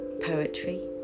poetry